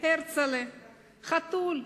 הרצל'ה,/ חתול,